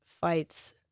fights